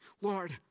Lord